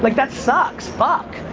like that sucks! fuck,